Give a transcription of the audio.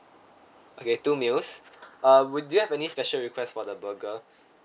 okay two meals uh would do you have any special request for the burger